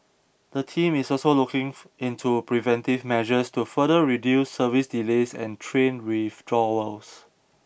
the team is also looking into preventive measures to further reduce service delays and train withdrawals